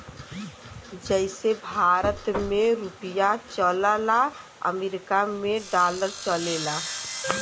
जइसे भारत मे रुपिया चलला अमरीका मे डॉलर चलेला